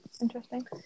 Interesting